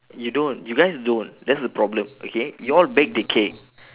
you don't you guys don't that's the problem okay you all bake the cake